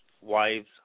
wives